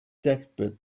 desperate